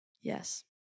yes